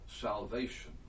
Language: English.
salvation